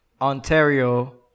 Ontario